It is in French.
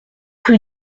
rue